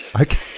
Okay